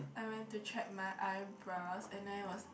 I went to thread my eyebrows and then it was